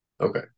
Okay